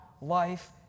life